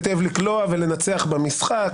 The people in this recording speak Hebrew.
היטב לקלוע ולנצח במשחק,